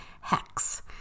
hex